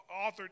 authored